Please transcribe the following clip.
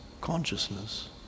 consciousness